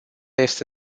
este